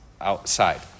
outside